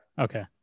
Okay